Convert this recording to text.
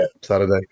Saturday